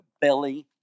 belly